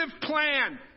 plan